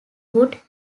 good